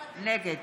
נגד